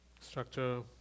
structure